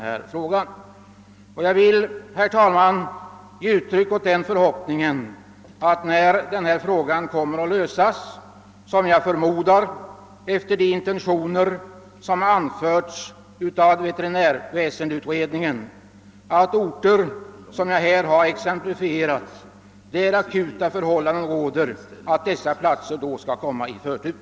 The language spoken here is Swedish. Herr talman! Jag vill uttrycka den förhoppningen att när denna fråga löses -— vilket jag förmodar kommer att ske efter de intentioner som har anförts av veterinärväsendeutredningen — de orter som jag här har nämnt, där akuta svårigheter råder, skall komma i förtur.